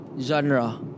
Genre